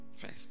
first